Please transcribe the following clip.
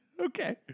okay